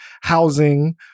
housing